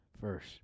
first